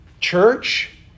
church